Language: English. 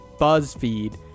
BuzzFeed